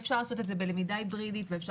אפשר לעשות את זה בלמידה היברידית ואפשר